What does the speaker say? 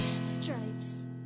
stripes